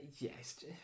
Yes